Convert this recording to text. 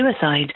suicide